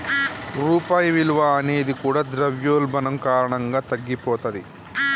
రూపాయి విలువ అనేది కూడా ద్రవ్యోల్బణం కారణంగా తగ్గిపోతది